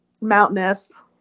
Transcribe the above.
mountainous